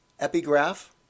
Epigraph